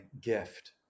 gift